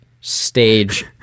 stage